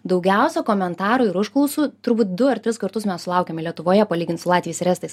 daugiausia komentarų ir užklausų turbūt du ar tris kartus mes sulaukiame lietuvoje palygint su latviais ir estais